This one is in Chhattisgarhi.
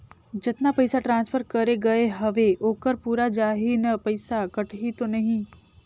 जतना पइसा ट्रांसफर करे गये हवे ओकर पूरा जाही न पइसा कटही तो नहीं?